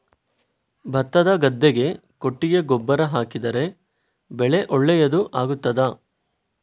ಭತ್ತದ ಗದ್ದೆಗೆ ಕೊಟ್ಟಿಗೆ ಗೊಬ್ಬರ ಹಾಕಿದರೆ ಬೆಳೆ ಒಳ್ಳೆಯದು ಆಗುತ್ತದಾ?